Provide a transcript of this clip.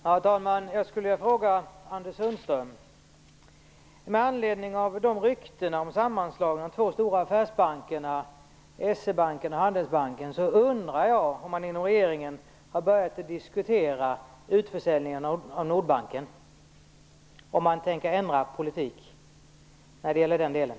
Herr talman! Jag har en fråga till Anders Sundström. Med anledning av ryktena om sammanslagningen av det två stora affärsbankerna S-E-Banken och Handelsbanken undrar jag om man inom regeringen har börjat diskutera utförsäljningen av Nordbanken, om man tänker ändra politik i den delen.